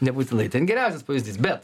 nebūtinai ten geriausias pavyzdys bet